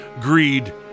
greed